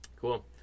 cool